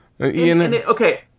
Okay